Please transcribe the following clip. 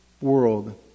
world